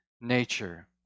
nature